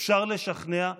אפשר לשכנע,